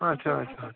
آچھا آچھا